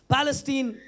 Palestine